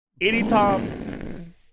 Anytime